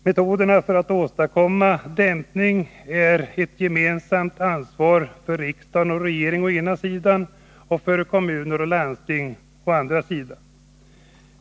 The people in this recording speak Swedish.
Riksdag och regering å ena sidan och kommun och landsting å den andra har ett gemensamt ansvar för metoderna för att åstadkomma dämpning.